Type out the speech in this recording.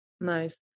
nice